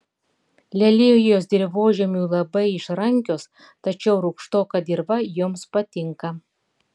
lelijos dirvožemiui labai išrankios tačiau rūgštoka dirva joms patinka